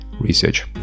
research